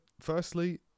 firstly